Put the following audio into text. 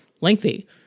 lengthy